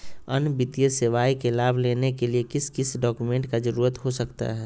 अन्य वित्तीय सेवाओं के लाभ लेने के लिए किस किस डॉक्यूमेंट का जरूरत हो सकता है?